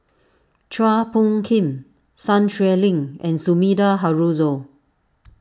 Chua Phung Kim Sun Xueling and Sumida Haruzo